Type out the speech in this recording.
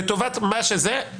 לטובה מה שזה לא יהיה,